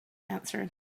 answered